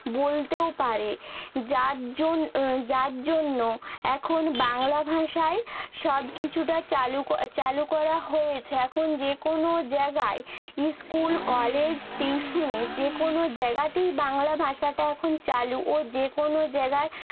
বলতেও পারে যার জন যার জন্য এখন বাংলা ভাষায় সব কিছুটা চালু ক চালু করা হয়েছে এখন যে কোনো জায়গায় স্কুল কলেজ টিউশুনি যে কোনো জায়গাতেই বাংলা ভাষাটা এখন চালু ও যে কোনো জায়গার